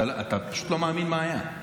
אתה פשוט לא מאמין מה היה.